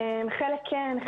חלק כן,